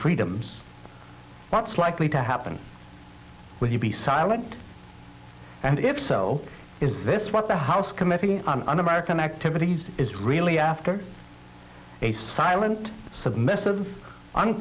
freedoms what's likely to happen will you be silent and if so is this what the house committee on un american activities is really after a silent submissive